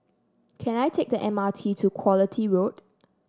can I take the M R T to Quality Road